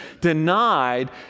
denied